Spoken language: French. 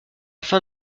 fin